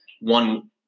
one